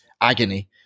agony